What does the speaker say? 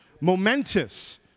momentous